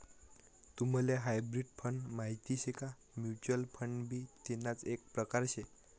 तुम्हले hybrid fund माहित शे का? म्युच्युअल फंड भी तेणाच एक प्रकार से